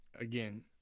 Again